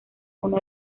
uno